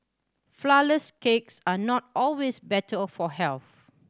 flourless cakes are not always better of for health